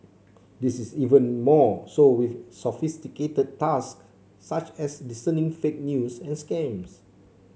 this is even more so with sophisticated task such as discerning fake news and scams